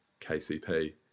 KCP